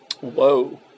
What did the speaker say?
whoa